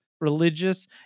religious